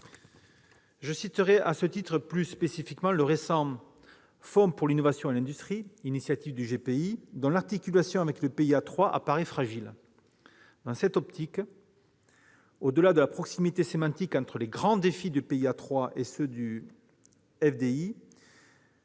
je citerai plus spécifiquement le récent fonds pour l'innovation et l'industrie, initiative du GPI, et dont l'articulation avec le PIA 3 apparaît fragile. Dans cette optique, au-delà de la proximité sémantique entre les « grands défis » du PIA 3 et ceux du